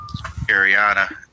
Ariana